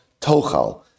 Tochal